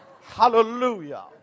Hallelujah